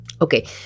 Okay